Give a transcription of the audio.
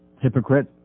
Hypocrite